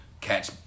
catch